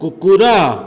କୁକୁର